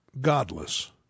godless